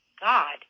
god